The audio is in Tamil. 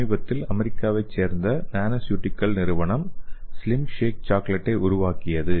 சமீபத்தில் அமெரிக்காவைச் சேர்ந்த நானோசியூட்டிகல்ஸ் நிறுவனம் ஸ்லிம் ஷேக் சாக்லேட்டை உருவாக்கியது